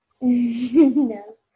No